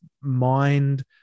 mind